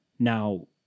Now